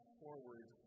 forward